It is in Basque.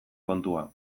kontua